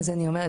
אז אני אומרת,